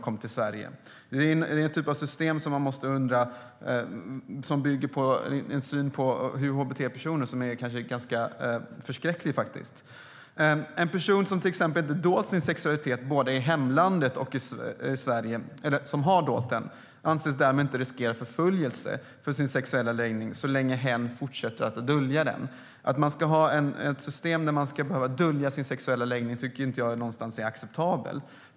Detta är en typ av system som bygger på en syn på hbt-personer som faktiskt är ganska förskräcklig. En person som till exempel har dolt sin sexualitet både i hemlandet och i Sverige anses alltså inte riskera förföljelse för sin sexuella läggning - så länge hen fortsätter dölja den. Att ha ett system där man ska behöva dölja sin sexuella läggning tycker jag inte är acceptabelt.